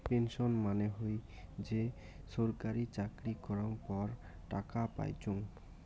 pension মানে হই যে ছরকারি চাকরি করাঙ পর টাকা পাইচুঙ